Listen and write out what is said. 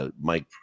Mike